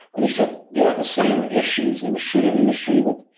and he said they have the same issues in the shooting industry with